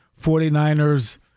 49ers